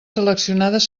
seleccionades